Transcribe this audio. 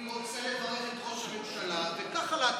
"אני רוצה לברך את ראש הממשלה" ככה להתחיל,